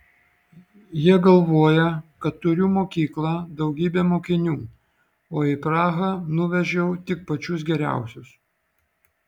jie galvoja kad turiu mokyklą daugybę mokinių o į prahą nuvežiau tik pačius geriausius